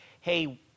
Hey